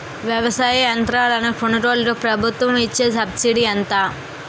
వ్యవసాయ యంత్రాలను కొనుగోలుకు ప్రభుత్వం ఇచ్చే సబ్సిడీ ఎంత?